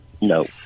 No